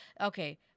Okay